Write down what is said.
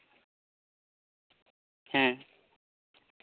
ᱦᱮᱸ